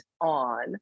on